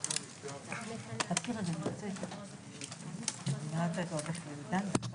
ננעלה בשעה 11:04.